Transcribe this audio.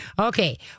Okay